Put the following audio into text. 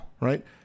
Right